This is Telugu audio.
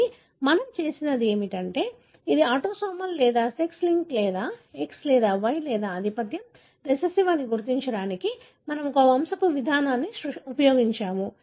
కానీ మనము చేసినది ఏమిటంటే ఇది ఆటోసోమల్ లేదా సెక్స్ లింక్ లేదా X లేదా Y లేదా ఆధిపత్యం రిసెసివ్ అని గుర్తించడానికి మనము ఒక వంశపు విధానాన్ని ఉపయోగించాము